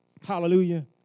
Hallelujah